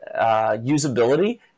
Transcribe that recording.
usability